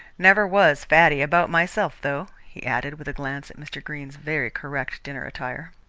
never was faddy about myself, though, he added, with a glance at mr. greene's very correct dinner attire.